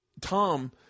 Tom